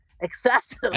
excessive